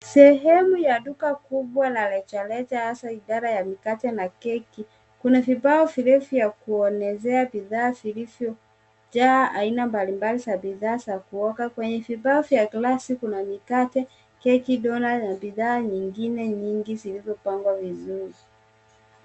Sehemu ya duka kubwa la rejareja hasa ya mikate na keki. Kuna vibao virefu vya kuelezea bidhaa vilivyojaa aina mbali mbali za bidhaa za kuoga. Kwenye vifaa vya glasi, kuna mikate, keki dough nut na bidhaa nyingine nyingi zilizopangwa vizuri.